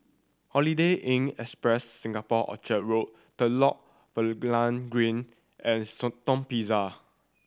Holiday Inn Express Singapore Orchard Road Telok Blangah Green and Shenton Plaza